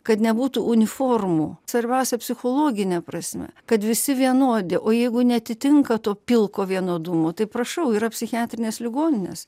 kad nebūtų uniformų svarbiausia psichologine prasme kad visi vienodi o jeigu neatitinka to pilko vienodumo tai prašau yra psichiatrinės ligoninės